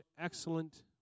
excellent